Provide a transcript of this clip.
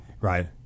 Right